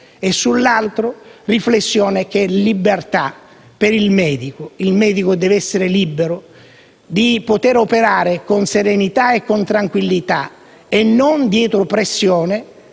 sfoci in eutanasia, e la libertà per il medico. Il medico deve essere libero di poter operare con serenità e tranquillità e non dietro pressione